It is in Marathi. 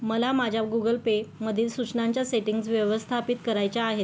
मला माझ्या गुगल पेमधील सूचनांच्या सेटिंग्ज व्यवस्थापित करायच्या आहेत